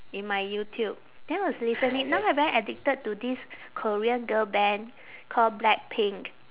in my youtube then I was listening now I very addicted to this korean girl band call blackpink